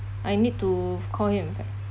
I need to call him and